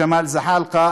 ג'מאל זחאלקה,